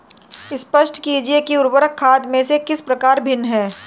स्पष्ट कीजिए कि उर्वरक खाद से किस प्रकार भिन्न है?